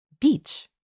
beach